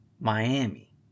Miami